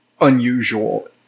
unusual